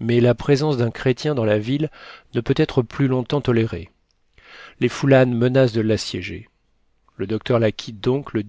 mais la présence d'un chrétien dans la ville ne peut être plus longtemps tolérée les foullannes menacent de l'assiéger le docteur la quitte donc le